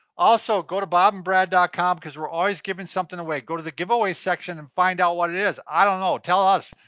also go to bobandbrad dot com cause we're always giving something away go to the giveaway section and find out what it is, i don't know, tell us.